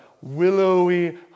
willowy